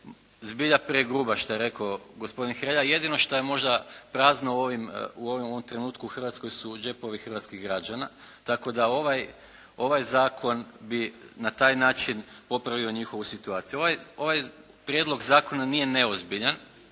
zbilja pregruba što je rekao gospodin Hrelja, jedino što je možda prazno u ovom trenutku u Hrvatskoj su đepovi hrvatskih građana, tako da ovaj zakon bi na taj način popravio njihovu situaciju. Ovaj prijedlog zakona nije neozbiljan.